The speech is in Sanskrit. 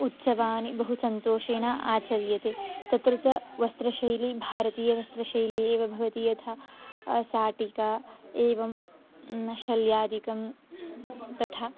उत्सवाः बहुसन्तोषेण आचर्यन्ते तत्र च वस्त्रशैली भारतीयवस्त्रशैली एव भवति यथा शाटिका एवं शल्यादिकं तथा